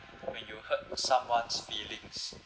when you hurt someone's feelings